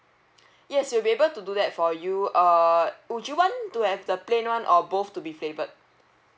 yes we'll be able to do that for you uh would you want to have the plain one or both to be flavoured